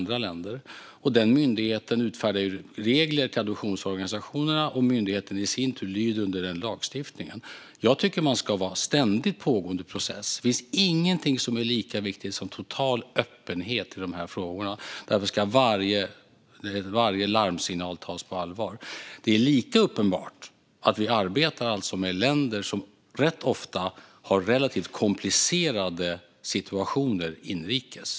Denna myndighet utfärdar regler till adoptionsorganisationerna, och myndigheten i sin tur lyder under den lagstiftningen. Jag tycker att man ska ha en ständigt pågående process. Det finns ingenting som är lika viktigt som total öppenhet i dessa frågor. Därför ska varje larmsignal tas på allvar. Det är lika uppenbart att vi arbetar med länder som rätt ofta har relativt komplicerade situationer inrikes.